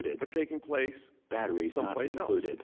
but taking place someplace else